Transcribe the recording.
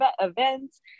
events